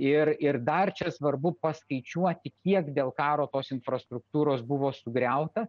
ir ir dar čia svarbu paskaičiuoti kiek dėl karo tos infrastruktūros buvo sugriauta